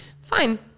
Fine